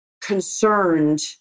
concerned